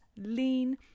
lean